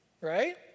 Right